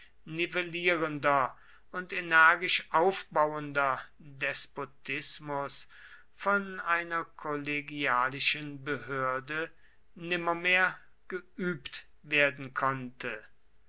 nivellierender und energisch aufbauender despotismus von einer kollegialischen behörde nimmermehr geübt werden konnte